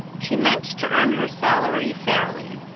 she meant to earn her salary fairly,